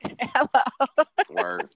Hello